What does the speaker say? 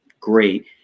great